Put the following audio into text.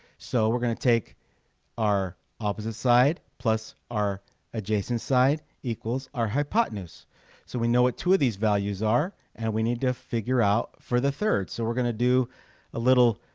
so we're gonna take our opposite side plus our adjacent side equals our hypotenuse so we know what two of these values are and we need to figure out for the third so we're gonna do a little